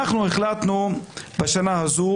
אנחנו החלטנו בשנה הזו,